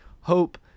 hope